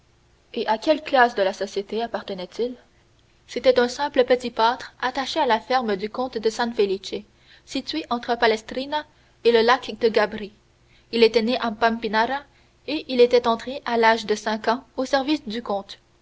et à quelle classe de la société appartenait-il c'était un simple petit pâtre attaché à la ferme du comte de san felice située entre palestrina et le lac de gabri il était né à pampinara et était entré à l'âge de cinq ans au service du comte